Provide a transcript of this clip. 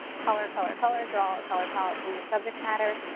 color, color color. draw a color palette from your subject matter.